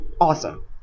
awesome